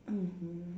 mmhmm